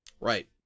right